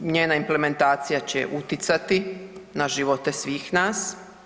Njena implementacija će utjecati na živote svih nas.